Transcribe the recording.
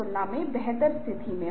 क्या बाल्टी भरा हुआ